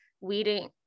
weeding